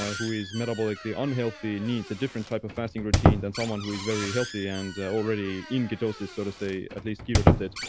ah who is metabolically unhealthy needs a different type of fasting routine than someone who is very healthy and already in ketosis, sort of at least keto adapted.